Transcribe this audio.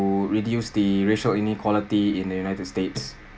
to reduce the racial inequality in the united states